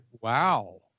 wow